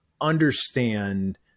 understand